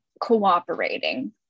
cooperating